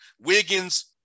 Wiggins